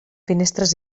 finestres